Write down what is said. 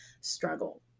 struggle